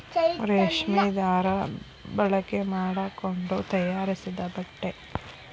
ರೇಶ್ಮಿ ದಾರಾ ಬಳಕೆ ಮಾಡಕೊಂಡ ತಯಾರಿಸಿದ ಬಟ್ಟೆ